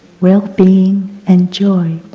well-being and joy,